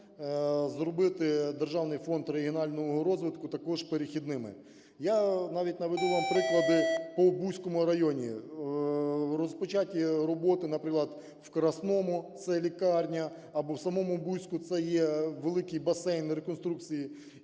Державний фонд регіонального розвитку також перехідними. Я навіть наведу вам приклади по Буському району: розпочаті роботи, наприклад, в Красному (це лікарня) або в самому Буську (це є великий басейн на реконструкції).